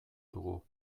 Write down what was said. dugu